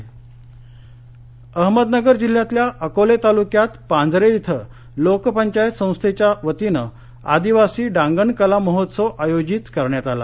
डांगण कला महोत्सव अहमदनगर जिल्ह्यातल्या अकोले तालुक्यात पांजरे इथं लोकपंचायत संस्थेच्या वतीने आदिवासी डांगण कला महोत्सव आयोजित करण्यात आला